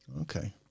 Okay